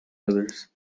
others